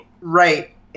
Right